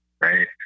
Right